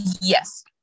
Yes